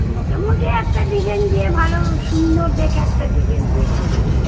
মোটামোটি একটা ডিজাইন দিয়ে ভালো সুন্দর দেখে একটা ডিজাইন দিয়ে করে দেবে